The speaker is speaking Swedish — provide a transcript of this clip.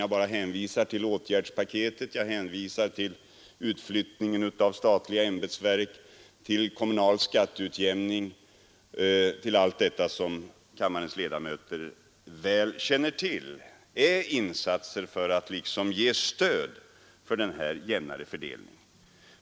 Jag bara hänvisar till åtgärdspaketet, till utflyttningen av statliga ämbetsverk, till kommunal skatteutjämning, till allt detta som kammarens ledamöter väl känner till och som är insatser för att ge stöd för den här jämnare fördelningen.